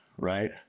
Right